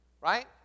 Right